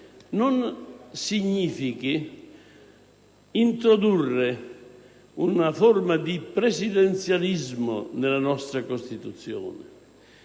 non significhi introdurre una forma di presidenzialismo nella nostra Costituzione,